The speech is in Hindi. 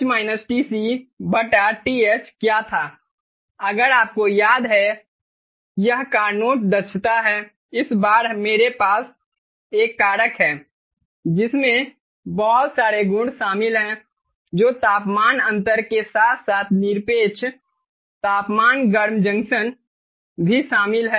TH TC TH क्या था अगर आपको याद है कि यह कारनोट दक्षता है इस बार मेरे पास एक कारक है जिसमें बहुत सारे गुण शामिल हैं जो तापमान अंतर के साथ साथ निरपेक्ष तापमान गर्म जंक्शन भी शामिल है